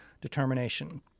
determination